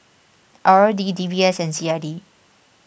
R O D D B S and C I D